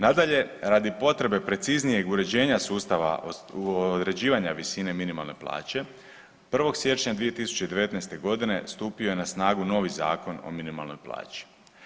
Nadalje, radi potrebe preciznijeg uređenja sustava određivanja visine minimalne plaće 1. siječnja 2019.g. stupio je na snagu novi Zakon o minimalnoj plaći.